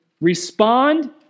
Respond